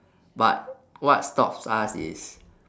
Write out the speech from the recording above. but what stops us is